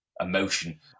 emotion